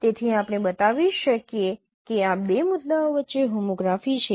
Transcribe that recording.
તેથી આપણે બતાવી શકીએ કે આ બે મુદ્દાઓ વચ્ચે હોમોગ્રાફી છે